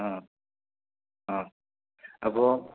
ആ ആ അപ്പോൾ